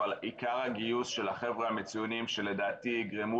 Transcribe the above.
אבל עיקר הגיוס של החבר'ה המצוינים שלדעתי יגרמו